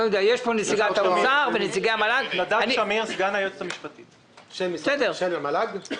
סגן היועצת המשפטית במל"ג.